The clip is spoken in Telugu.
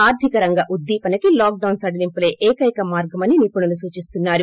ఆర్గిక రంగ ఉద్దీపనకి లాక్ డౌన్ సడలింపులే ఏకైక మార్గమని నిపుణులు సూచిస్తున్నారు